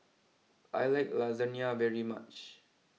I like Lasagna very much